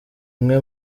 mwe